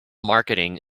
marketing